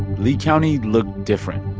lee county looked different.